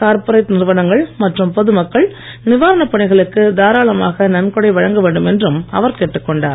corporate நிறுவனங்கள் மற்றும் பொதுமக்கள் நிவாரணப் பணிகளுக்கு தாராளமாக நன்கொடை வழங்க வேண்டும் என்றும் அவர் கேட்டுக் கொண்டார்